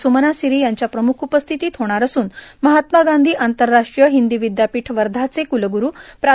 सुमना सिरी यांच्या प्रमुख उपस्थितीत होणार असून महात्मा गांधी आंतरराष्ट्रीय हिंदी विद्यापीठ वर्षांचे कुलगुरु प्रा